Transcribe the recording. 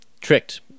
tricked